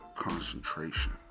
concentration